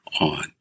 on